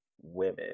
women